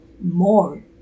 more